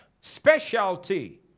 specialty